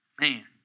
Man